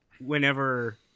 whenever